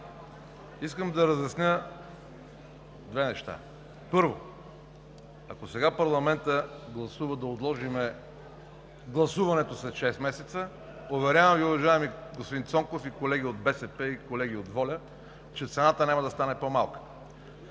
Искам да разясня две неща. Право, ако сега парламентът гласува да отложим гласуването след шест месеца, уверявам Ви, уважаеми господин Цонков, колеги от БСП и колеги от ВОЛЯ, че цената няма да стане по-малка.